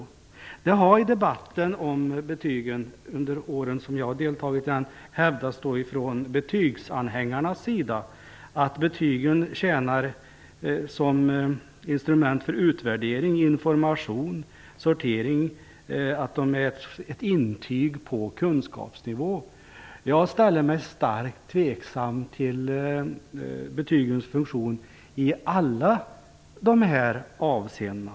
Under de år som jag har deltagit i debatten om betygen har betygsanhängarna hävdat att betygen tjänar som instrument för utvärdering, information, sortering och att de är ett intyg på kunskapsnivån. Jag ställer mig starkt tveksam till betygens funktion i alla de här avseendena.